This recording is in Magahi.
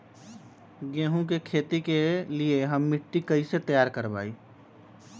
गेंहू की खेती के लिए हम मिट्टी के कैसे तैयार करवाई?